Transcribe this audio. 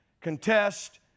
contest